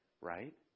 right